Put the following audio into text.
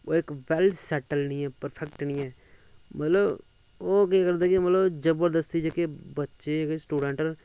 ओह् इक well settled नीं ऐ मतलव जबरदस्ती जेह्डे बच्चे न स्टुडैंट न